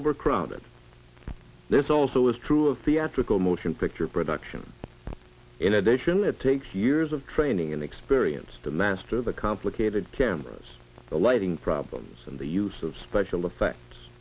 overcrowded this also is true of theatrical motion picture production in addition it takes years of training and experience to master the complicated cameras the lighting problems and the use of special effects